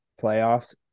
playoffs